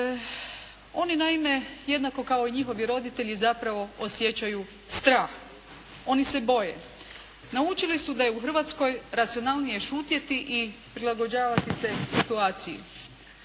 Oni naime jednako kao i njihovi roditelji zapravo osjećaju strah. Oni se boje. Naučili su da je u Hrvatskoj racionalnije šutjeti i prilagođavati se situaciji